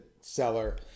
seller